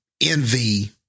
envy